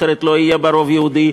אחרת לא יהיה בה רוב יהודי.